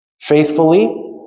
faithfully